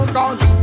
Cause